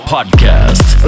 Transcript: Podcast